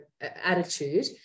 attitude